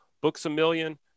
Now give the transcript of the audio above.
Books-A-Million